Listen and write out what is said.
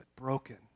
broken